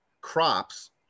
crops